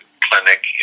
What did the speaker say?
Clinic